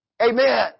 Amen